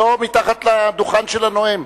לא מתחת לדוכן של הנואם.